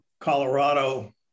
Colorado